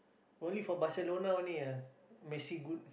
only for Barcelona only ah Messi good